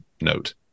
note